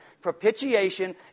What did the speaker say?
Propitiation